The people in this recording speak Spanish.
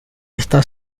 está